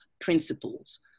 principles